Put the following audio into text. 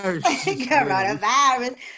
Coronavirus